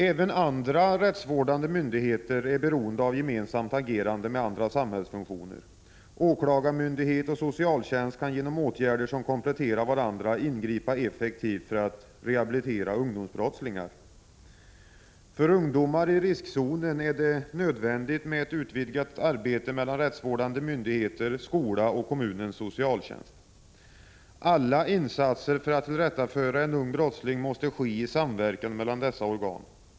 Även andra rättsvårdande myndigheter är beroende av gemensamt agerande med olika samhällsfunktioner. Åklagarmyndighet och socialtjänst kan genom åtgärder som kompletterar varandra ingripa effektivt för att rehabilitera ungdomsbrottslingar. För ungdomar i riskzonen är det nödvändigt med ett utvidgat arbete mellan rättsvårdande myndigheter, skola och kommunens socialtjänst. Alla insatser för att tillrättaföra en ung brottsling måste göras i samverkan mellan dessa organ.